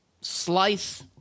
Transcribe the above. slice